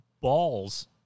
balls